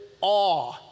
awe